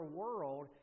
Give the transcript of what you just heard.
world